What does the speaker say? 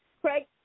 Craig